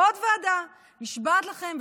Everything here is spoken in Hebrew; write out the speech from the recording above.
עוד ועדה, נשבעת לכם.